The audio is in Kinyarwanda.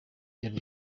yari